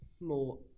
more